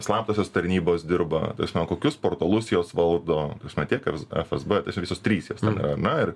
slaptosios tarnybos dirba tasme kokius portalus jos valdo na tiek ef es b visos trys jos ten yra ar ne na ir